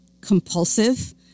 compulsive